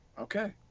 Okay